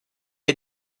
est